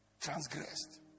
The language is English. transgressed